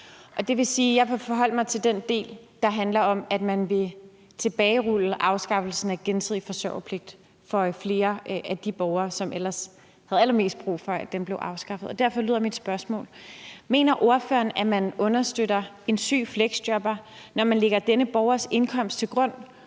Det vil sige, jeg vil forholde mig til den del, der handler om, at man vil tilbagerulle afskaffelsen af gensidig forsørgerpligt for flere af de borgere, som ellers havde allermest brug for, at den blev afskaffet. Derfor lyder mit spørgsmål: Mener ordføreren, at man understøtter en syg fleksjobber, når man lægger denne borgers indkomst til grund